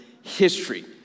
history